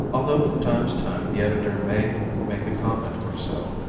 although from time to time the editor may make a comment or so,